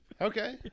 okay